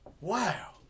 Wow